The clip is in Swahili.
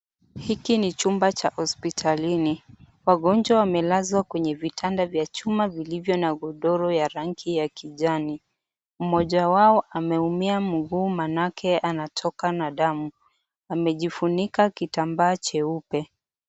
Hiki ni chumba cha hospitalini. Wagongwa wamelazwa kwenye vitanda vya chuma vilivyo na godoro ya rangi ya kijani. Mmoja wao ameumia mguu manake anatoka na damu. Amejifunika kitambaa cheupe.